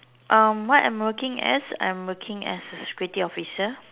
um what I'm working as I'm working as a security officer